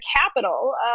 capital